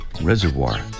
reservoir